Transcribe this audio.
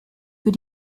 für